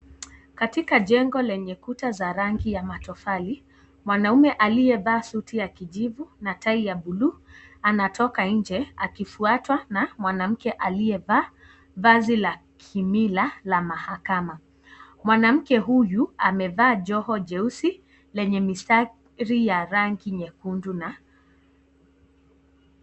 Katika jengo lenye kuta za rangi ya matofali, mwanaume aliyevaa suti ya kijivu na tai ya bluu anatoka nje akifuatwa na mwanamke aliyevaa vazi la kimila la mahakama. Mwanamke huyu amevaa joho jeusi lenye mistari ya rangi nyekundu.